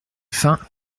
faim